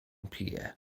pije